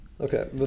Okay